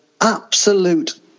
absolute